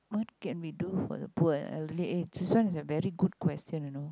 what can do for the poor and elderly eh this one is a very good question you know